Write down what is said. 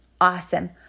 awesome